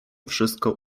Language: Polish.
wszystko